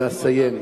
ואסיים: